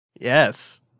Yes